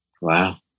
Wow